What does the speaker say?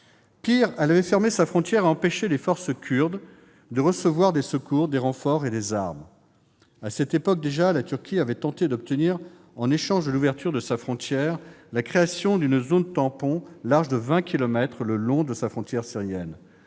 Pis, elle avait fermé sa frontière et empêché les forces kurdes de recevoir des secours, des renforts et des armes. À cette époque déjà, la Turquie avait tenté d'obtenir, en échange de l'ouverture de sa frontière, la création d'une zone tampon large de vingt kilomètres le long de sa frontière syrienne.